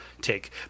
take